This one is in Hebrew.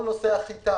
כל נושא החיטה